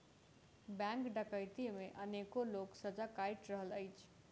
bank डकैती मे अनेको लोक सजा काटि रहल अछि